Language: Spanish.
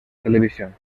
televisión